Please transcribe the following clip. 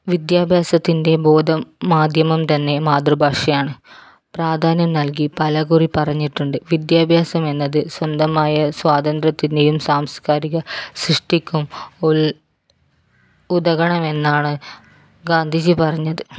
വിദ്യാഭ്യാസത്തിൻ്റെ ബോധം മാധ്യമം തന്നെ മാതൃഭാഷയാണ് പ്രാധാന്യം നൽകി പല കുറി പറഞ്ഞിട്ടുണ്ട് വിദ്യാഭ്യാസം എന്നത് സ്വന്തമായ സ്വാതന്ത്ര്യത്തിൻ്റെയും സാംസ്കാരിക സൃഷ്ടിക്കും ഉൽ ഉതകണം എന്നാണ് ഗാന്ധിജി പറഞ്ഞത്